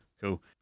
cool